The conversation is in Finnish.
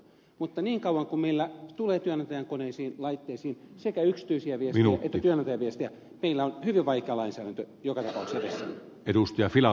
mutta niin kauan kuin meillä tulee työnantajan koneisiin laitteisiin sekä yksityisiä viestejä että työnantajaviestejä meillä on hyvin vaikea lainsäädäntö joka tapauksessa edessä